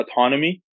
autonomy